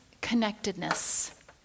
connectedness